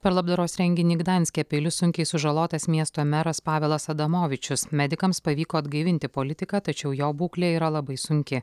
per labdaros renginį gdanske peiliu sunkiai sužalotas miesto meras pavelas adamovičius medikams pavyko atgaivinti politiką tačiau jo būklė yra labai sunki